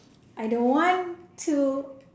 I don't want to